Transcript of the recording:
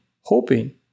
hoping